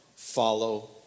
follow